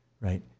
Right